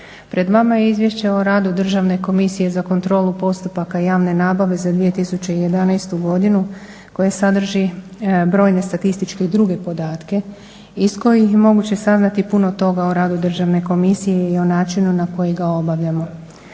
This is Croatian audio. pred vama je Izvješće o radu Državne komisije za kontrolu postupaka javne nabave za 2011. godinu koje sadrži brojne statističke i druge podatke iz kojih je moguće saznati puno toga o radu Državne komisije i o načinu na koji ga obavljamo.